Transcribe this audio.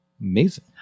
Amazing